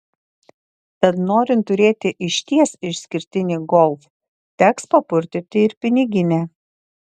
tad norint turėti išties išskirtinį golf teks papurtyti ir piniginę